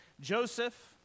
Joseph